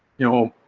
you know,